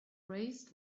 raised